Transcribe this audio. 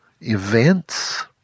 events